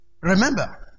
Remember